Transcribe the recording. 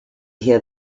hear